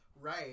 Right